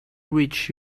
reach